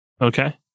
Okay